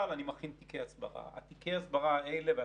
ככה שהמסרים האנטי-חמאסיים הודהדו גם מכיוונים אחרים.